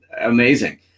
amazing